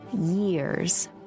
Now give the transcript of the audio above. years